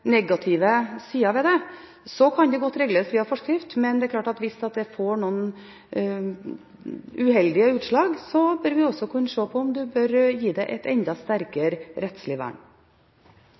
negative sider ved det, kan en godt regulere via forskrift. Men hvis dette får noen uheldige utslag, bør vi kunne se på om en bør gi det et enda sterkere rettslig vern.